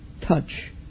touch